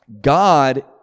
God